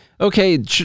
Okay